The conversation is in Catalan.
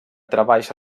treballs